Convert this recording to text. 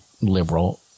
liberal